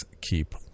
keep